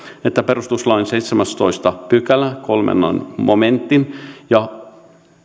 että perustuslain seitsemännentoista pykälän kolmannen momentin ja